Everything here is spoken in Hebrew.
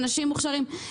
אנשים מוכשרים.